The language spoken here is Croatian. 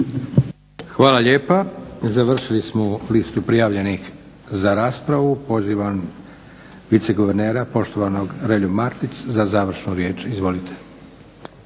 Hvala lijepa. Završili smo listu prijavljenih za raspravu. Pozivam viceguvernera poštovanog Relju Martića za završnu riječ. Izvolite.